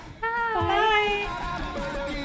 Bye